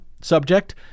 subject